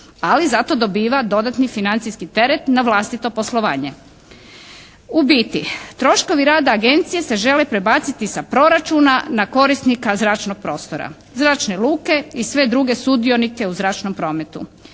Ali zato dobiva dodatni financijski teret na vlastito poslovanje. U biti troškovi rada Agencije se žele prebaciti sa proračuna na korisnika zračnog prostora. Zračne luke i sve druge sudionike u zračnom prometu.